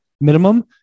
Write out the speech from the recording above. minimum